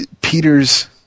Peter's